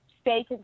stay